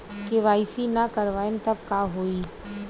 KYC ना करवाएम तब का होई?